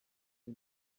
ari